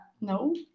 No